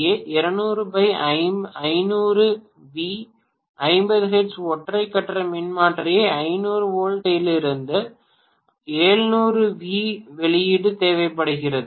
ஏ 200500 V 50 hertz ஒற்றை கட்ட மின்மாற்றிக்கு 500 வோல்ட் இருந்து 700 வி வெளியீடு தேவைப்படுகிறது